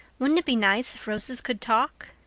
wouldn't it be nice if roses could talk?